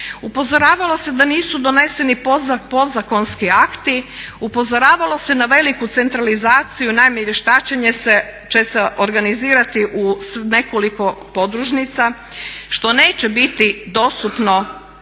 upozoravalo se da nisu doneseni podzakonski akti, upozoravalo se na veliku centralizaciju. Naime, i vještačenje se često organizira u nekoliko podružnica što neće biti dostupno